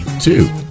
Two